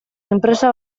enpresa